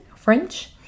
French